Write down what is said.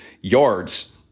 Yards